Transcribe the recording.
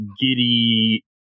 giddy